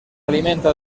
alimenta